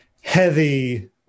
heavy